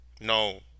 No